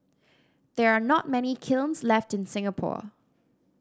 there are not many kilns left in Singapore